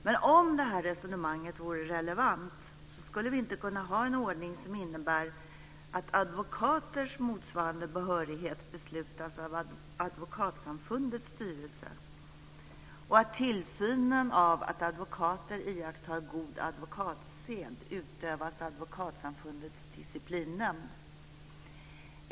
Men om detta resonemang vore relevant skulle vi inte kunna ha en ordning som innebär att advokaters motsvarande behörighet beslutas av Advokatsamfundets styrelse och att tillsynen av att advokater iakttar god advokatsed utövas av Advokatsamfundets disciplinnämnd.